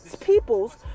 people's